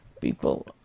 people